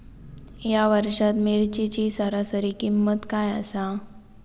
या वर्षात मिरचीची सरासरी किंमत काय आसा?